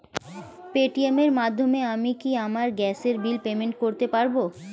Paytm এর মাধ্যমে আমি কি আমার গ্যাসের বিল পেমেন্ট করতে পারব?